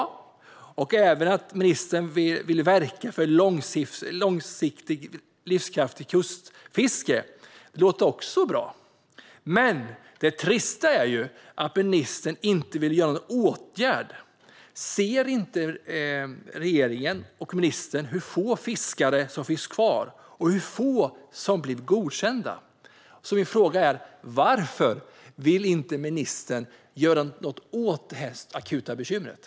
Det låter också bra att ministern vill verka för ett långsiktigt livskraftigt kustfiske. Men det trista är att ministern inte vill vidta någon åtgärd. Ser inte regeringen och ministern hur få fiskare som finns kvar och hur få som blir godkända? Min fråga är: Varför vill inte ministern göra något åt detta akuta bekymmer?